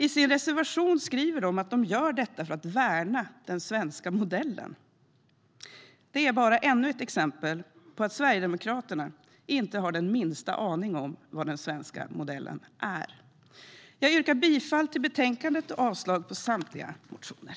I sin reservation skriver de att de gör detta för att värna den svenska modellen. Det är bara ännu ett exempel på att Sverigedemokraterna inte har den minsta aning om vad den svenska modellen är. Jag yrkar bifall till utskottets förslag i betänkandet och avslag på samtliga motioner.